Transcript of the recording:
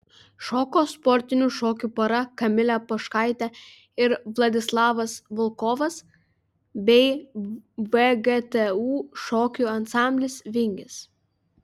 šoko sportinių šokių pora kamilė poškaitė ir vladislavas volkovas bei vgtu šokių ansamblis vingis